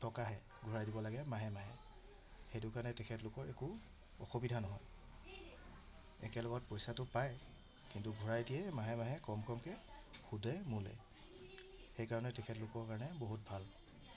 টকাহে ঘূৰাই দিব লাগে মাহে মাহে সেইটো কাৰণে তেখেতলোকৰ একো অসুবিধা নহয় একেলগতে পইচাটো পায় কিন্তু ঘূৰাই দিয়ে মাহে মাহে কম কমকৈ সুদে মূলে সেইকাৰণে তেখেতলোকৰ কাৰণে বহুত ভাল